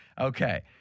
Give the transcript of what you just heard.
Okay